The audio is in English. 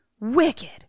wicked